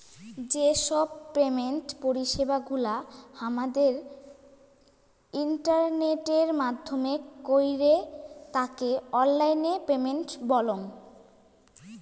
যেই সব পেমেন্ট পরিষেবা গুলা হামাদের ইন্টারনেটের মাইধ্যমে কইরে তাকে অনলাইন পেমেন্ট বলঙ